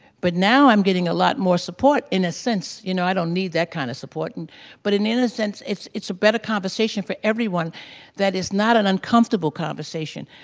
but now i'm getting a lot more support in a sense. you know, i don't need that kind of support. and but in a sense, it's it's a better conversation for everyone that is not an uncomfortable conversation.